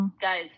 guys